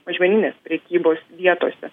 mažmeninės prekybos vietose